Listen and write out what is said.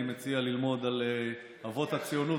אני מציע ללמוד על אבות הציונות